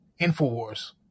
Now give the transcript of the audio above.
Infowars